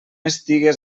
estigues